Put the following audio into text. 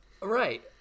Right